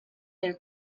their